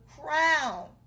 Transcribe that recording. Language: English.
crown